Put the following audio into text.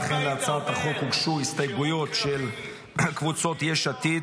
אכן להצעת החוק הוגשו הסתייגויות של קבוצות יש עתיד,